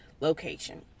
location